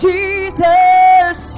Jesus